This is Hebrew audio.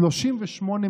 80 פריטים, כמה זמן?